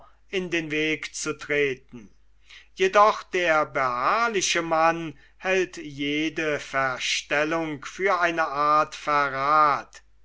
in den weg zu treten jedoch der beharrliche mann hält jede verstellung für eine art verrath